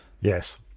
Yes